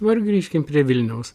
dabar grįžkim prie vilniaus